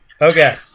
Okay